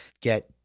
get